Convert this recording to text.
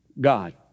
God